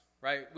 right